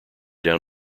down